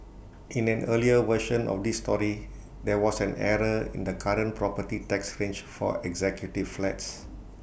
in an earlier version of this story there was an error in the current property tax range for executive flats